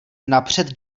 napřed